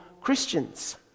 Christians